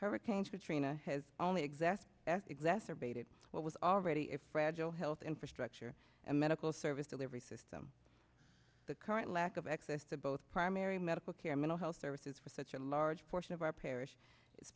hurricane katrina has only exists exacerbated what was already a fragile health infrastructure and medical service delivery system the current lack of access to both primary medical care mental health services for such a large portion of our parish i